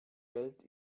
welt